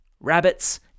rabbits